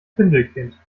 findelkind